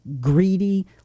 greedy